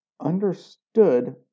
understood